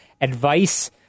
advice-